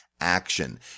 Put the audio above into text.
action